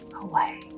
away